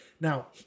Now